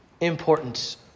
important